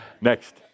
Next